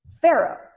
pharaoh